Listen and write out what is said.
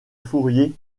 fourier